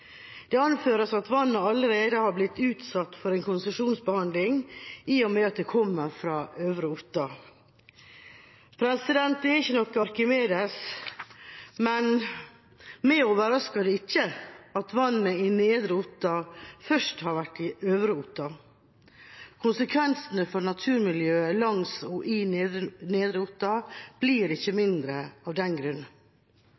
Det anføres at vannet allerede har blitt utsatt for en konsesjonsbehandling – i og med at det kommer fra Øvre Otta. Jeg er ikke noen Arkimedes. Men meg overrasker det ikke at vannet i Nedre Otta først har vært i Øvre Otta. Konsekvensene for naturmiljøet langs og i Nedre Otta blir ikke mindre av den grunn.